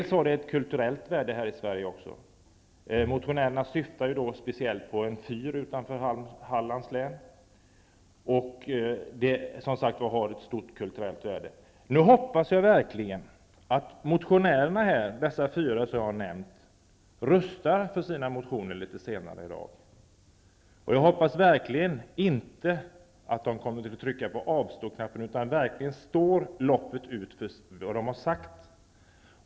De byggnader det gäller är av kulturellt värde för oss i Sverige -- motionärerna åsyftar speciellt en fyr utanför Hallands kust, vilken har ett stort kulturellt värde. Jag hoppas verkligen att de fyra motionärerna, som jag har nämnt, röstar för sina motioner litet senare i dag. Jag hoppas verkligen att de inte kommer att trycka på avståknappen, utan att de står loppet ut för det som de har sagt.